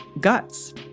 guts